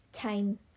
time